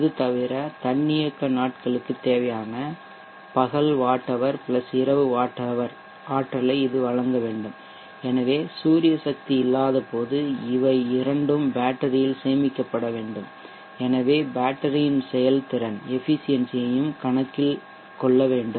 இது தவிர தன்னியக்க நாட்களுக்குத் தேவையான பகல் வாட் ஹவர் இரவு வாட் ஹவர் ஆற்றலை இது வழங்க வேண்டும் எனவே சூரிய சக்தி இல்லாதபோது இவை இரண்டும் பேட்டரியில் சேமிக்கப்பட வேண்டும் எனவே பேட்டரியின் செயல்திறன் எஃபிசியென்சி ஐயும் கணக்கில் கொள்ள வேண்டும்